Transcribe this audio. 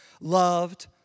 loved